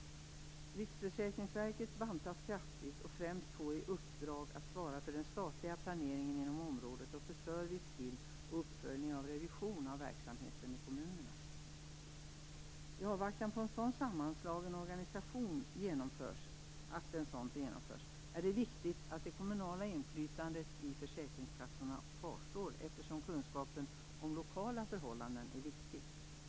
Riksförsäkringsverket bantas kraftigt och får främst i uppdrag att svara för den statliga planeringen inom området och för service till och uppföljning av revision av verksamheten i kommunerna. I avvaktan på att en sådan sammanslagen organisation genomförs är det viktigt att det kommunala inflytandet i försäkringskassorna kvarstår, eftersom kunskapen om lokala förhållanden är viktig.